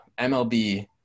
MLB